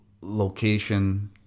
location